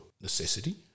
necessity